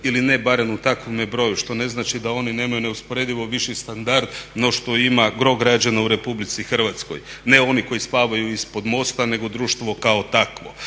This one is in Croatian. ili ne barem u takvome broju što ne znači da oni nemaju neusporedivo viši standard no što ima gro građana u Republici Hrvatskoj ne oni koji spavaju ispod mosta nego društvo kao takvo.